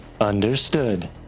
Understood